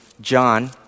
John